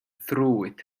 through